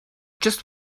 just